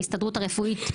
ההסתדרות הרפואית,